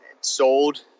sold